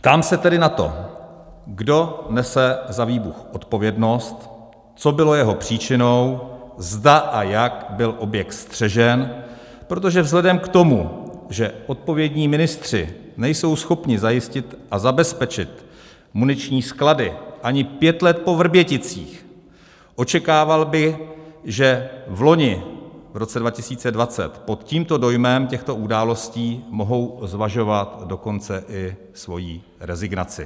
Ptám se tedy na to, kdo nese za výbuch odpovědnost, co bylo jeho příčinou, zda a jak byl objekt střežen, protože vzhledem k tomu, že odpovědní ministři nejsou schopni zajistit a zabezpečit muniční sklady ani pět let po Vrběticích, očekával bych, že vloni, v roce 2020, pod dojmem těchto událostí mohou zvažovat dokonce i svoji rezignaci.